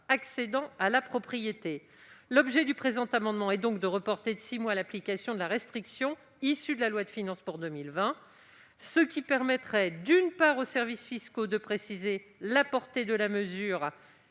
à la propriété. L'objet du présent amendement est donc de reporter de six mois l'application de la restriction issue de la loi de finances pour 2020. Ce report permettrait aux services fiscaux, d'une part, de préciser la portée de la mesure